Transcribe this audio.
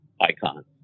icon